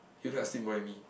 you just see more and me